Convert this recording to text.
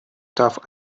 darf